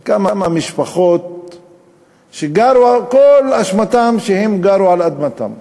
על כמה משפחות שכל אשמתן שהן גרו על אדמתן.